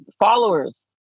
followers